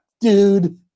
dude